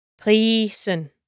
Prisen